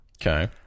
Okay